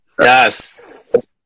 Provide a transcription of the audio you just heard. Yes